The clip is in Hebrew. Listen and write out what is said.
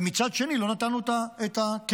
ומצד שני לא נתנו את הכלים.